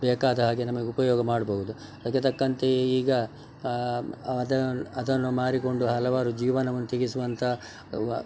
ಬೇಕಾದ ಹಾಗೆ ನಮಗೆ ಉಪಯೋಗ ಮಾಡ್ಬೋದು ಅದಕ್ಕೆ ತಕ್ಕಂತೆ ಈಗ ಅದನ್ನು ಮಾರಿಕೊಂಡು ಹಲವಾರು ಜೀವನವನ್ನ ತೆಗೆಸುವಂಥ